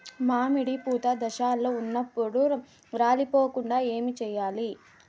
మామిడి పూత దశలో ఉన్నప్పుడు రాలిపోకుండ ఏమిచేయాల్ల?